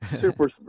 super